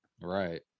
Right